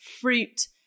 fruit